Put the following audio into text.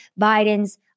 Biden's